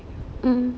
mm